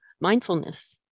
Mindfulness